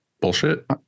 bullshit